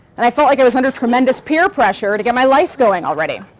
and i felt like i was under tremendous peer pressure to get my life going already.